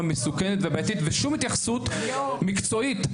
מסוכנת ובעיתית ושום התייחסות מקצועית,